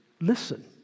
Listen